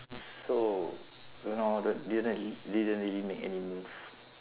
so you know don't didn't didn't really make any move